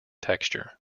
texture